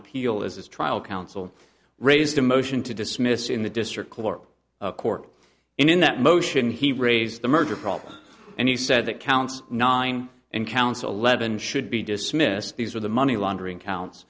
appeal as his trial counsel raised a motion to dismiss in the district clerk of court in that motion he raised the murder problem and he said that counts nine and counsel eleven should be dismissed these were the money laundering counts